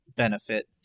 benefit